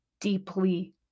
deeply